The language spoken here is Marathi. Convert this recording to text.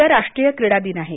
उद्या राष्ट्रीय क्रीडादिन आहे